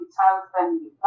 child-friendly